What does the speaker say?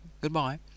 Goodbye